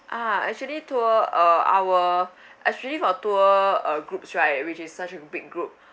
ah actually tour uh our actually for tour uh groups right which is such a big group